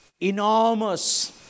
enormous